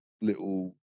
little